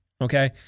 okay